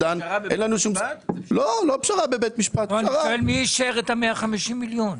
מי אישר את ה-150 מיליון?